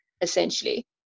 essentially